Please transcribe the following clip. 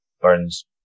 burns